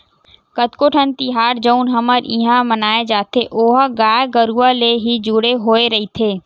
कतको ठन तिहार जउन हमर इहाँ मनाए जाथे ओहा गाय गरुवा ले ही जुड़े होय रहिथे